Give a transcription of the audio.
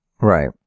Right